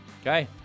Okay